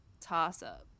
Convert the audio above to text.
toss-up